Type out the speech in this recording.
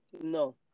No